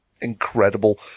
incredible